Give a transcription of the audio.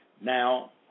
Now